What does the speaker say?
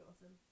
awesome